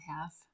half